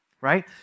right